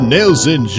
Nelson